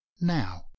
now